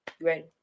ready